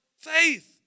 faith